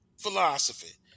philosophy